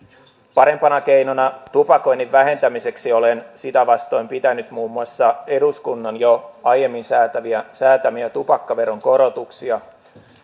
parempana keinona tupakoinnin vähentämiseksi olen sitä vastoin pitänyt muun muassa eduskunnan jo aiemmin säätämiä säätämiä tupakkaveron korotuksia